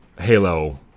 Halo